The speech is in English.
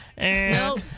Nope